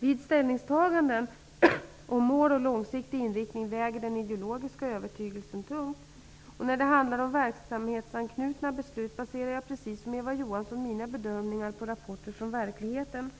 Vid ställningstagande om mål och långsiktig inriktning väger den ideologiska övertygelsen tungt. När det handlar om verksamhetsanknutna beslut baserar jag precis som Eva Johansson mina bedömningar på rapporter från verkligheten.